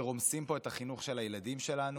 שרומסים פה את החינוך של הילדים שלנו?